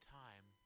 time